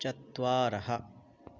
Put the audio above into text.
चत्वारः